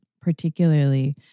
particularly